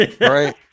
Right